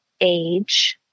age